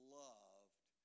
loved